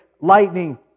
lightning